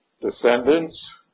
descendants